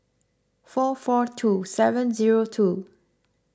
four four two seven zero two